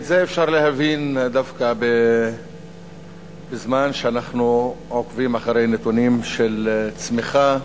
ואת זה אפשר להבין דווקא בזמן שאנחנו עוקבים אחרי נתונים של צמיחה,